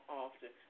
often